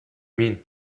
mean